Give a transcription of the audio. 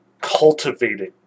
cultivating